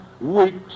weeks